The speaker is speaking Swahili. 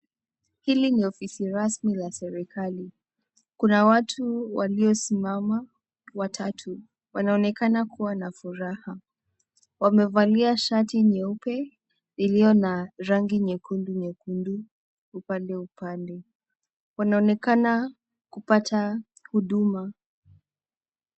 Hili ni ofisi rasmi ya serikali, kuna watu waliosimama watatu wanaonekana kuwa na furaha. Wamevalia shati nyeupe iliyo na rangi nyekundu nyekundu upande upande. Wanaonekana kupata huduma.